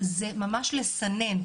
זה ממש לסנן.